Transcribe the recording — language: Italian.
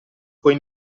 puoi